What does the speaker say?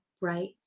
right